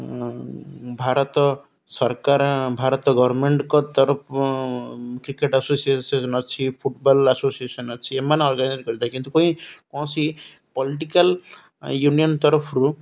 ଭାରତ ସରକାର ଭାରତ ଗଭ୍ମେଣ୍ଟ୍ଙ୍କ ତରଫ କ୍ରିକେଟ୍ ଆସୋସିଏସନ୍ ଅଛି ଫୁଟବଲ୍ ଆସୋସିଏସନ୍ ଅଛି ଏମାନେ ଅର୍ଗାନାଇଜ୍ କରିଥାଏ କିନ୍ତୁ କୌଣସି ପଲିଟିକାଲ୍ ୟୁନିଅନ୍ ତରଫରୁ